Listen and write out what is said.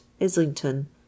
Islington